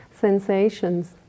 sensations